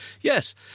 Yes